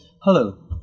Hello